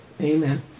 Amen